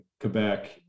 Quebec